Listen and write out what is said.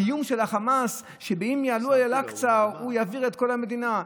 האיום של החמאס שאם יעלו לאל-אקצא הוא יבעיר את כל המדינה,